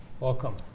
Welcome